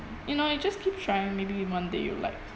you know you just keep trying maybe one day you'll like